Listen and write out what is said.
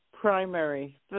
primary